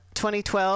2012